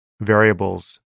variables